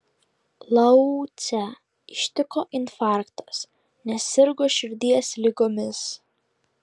laucę ištiko infarktas nes sirgo širdies ligomis